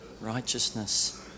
righteousness